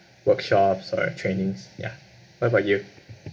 workshops or trainings ya what about you